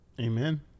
Amen